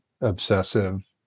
obsessive